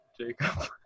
Jacob